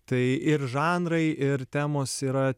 tai ir žanrai ir temos yra